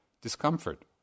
discomfort